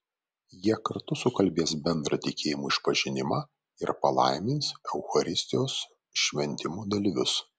jie kartu sukalbės bendrą tikėjimo išpažinimą ir palaimins eucharistijos šventimo dalyvius